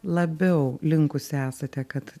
labiau linkusi esate kad